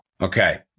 Okay